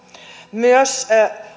myös